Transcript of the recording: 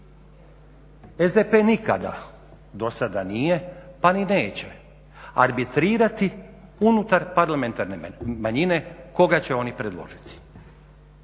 SDP nikada nije pa ni neće arbitrirati unutar parlamentarne manjine koga će oni predložiti.